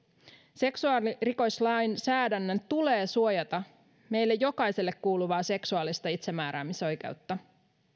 seksuaalirikoslainsäädännön tulee suojata meille jokaiselle kuuluvaa seksuaalista itsemääräämisoikeutta